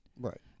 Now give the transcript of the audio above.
right